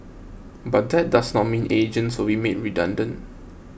but that does not mean agents will be made redundant